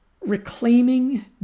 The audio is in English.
reclaiming